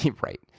Right